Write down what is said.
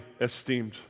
esteemed